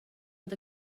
bod